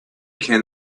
can